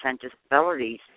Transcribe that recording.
disabilities